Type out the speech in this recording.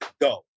go